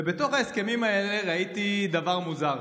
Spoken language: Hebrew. ובתוך ההסכמים האלה ראיתי דבר מוזר: